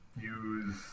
use